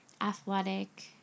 athletic